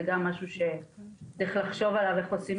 זה גם משהו שצריך לחשוב איך עושים